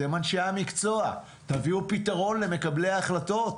אתם אנשי המקצוע, תביאו פתרון למקבלי ההחלטות,